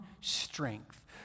strength